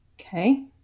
Okay